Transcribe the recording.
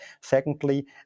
secondly